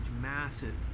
massive